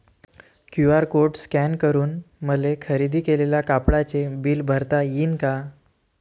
QR code scan करून मले खरेदी केलेल्या कापडाचे बिल भरता यीन का?